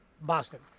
Boston